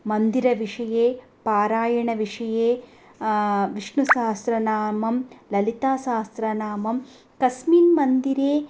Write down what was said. मन्दिरविषये पारायणविषये विष्णु सहस्रनामं ललितासहस्रनामं तस्मिन् मन्दिरे